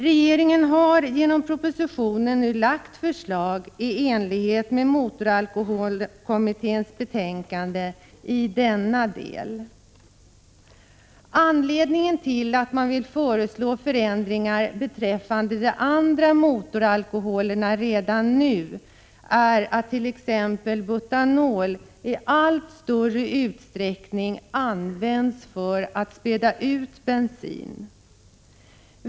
Regeringen har genom propositionen nu lagt fram förslag i enlighet med motoralkoholkommitténs betänkande i denna del. Anledningen till att man vill föreslå förändringar beträffande de andra motoralkoholerna redan nu är att t.ex. butanol i allt större utsträckning används för att späda ut bensin.